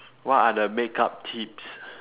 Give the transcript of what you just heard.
what are the makeup tips